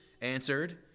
answered